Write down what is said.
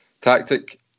tactic